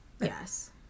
Yes